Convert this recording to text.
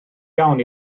iawn